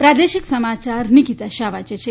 પ્રાદેશિક સમાયાર નિકીતા શાહ વાંચે છે